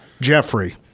Jeffrey